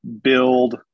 build